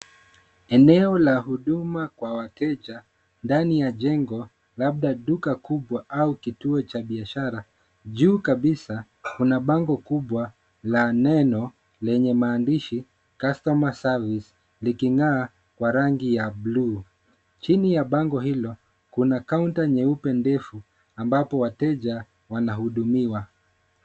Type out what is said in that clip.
Eneo la huduma kwa wateja ndani ya jengo labda duka kubwa au kituo cha biashara, juu kabisa kuna bango kubwa la neno lenye maandishi customer service liking'aa kwa rangi ya bluu, chini ya bango hilo kuna kaunta nyeupe ndefu ambapo wateja wanahudumiwa.